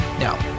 Now